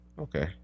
Okay